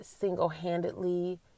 single-handedly